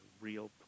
real